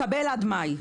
מקבל עד מאי.